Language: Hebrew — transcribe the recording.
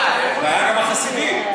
והיה גם החסידי.